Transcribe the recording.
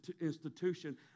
institution